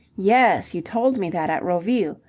yes, you told me that at roville.